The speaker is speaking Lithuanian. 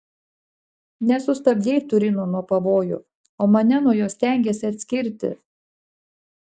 nesustabdei turino nuo pavojų o mane nuo jo stengiesi atskirti